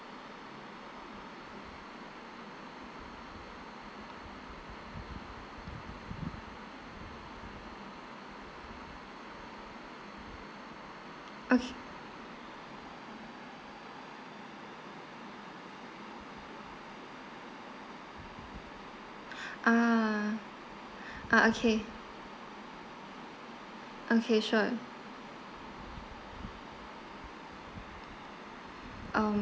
okay uh uh okay sure mm